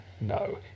No